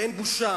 ואין בושה.